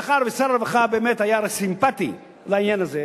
מאחר ששר הרווחה באמת היה סימפתי לעניין הזה,